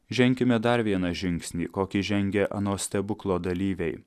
ženkime dar vieną žingsnį kokį žengė ano stebuklo dalyviai